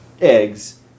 eggs